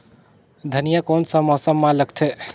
धनिया कोन सा मौसम मां लगथे?